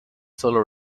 solo